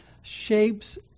shapes